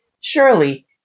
surely